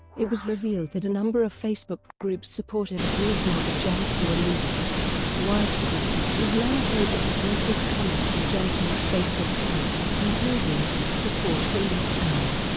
it was revealed that a number of facebook groups supportive of rees-mogg and johnson were leaving widespread islamophobic and racist comments on johnson's facebook page, including support for enoch powell